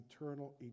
eternal